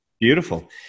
Beautiful